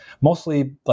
mostly